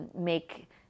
make